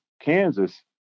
Kansas